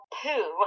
poo